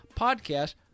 podcast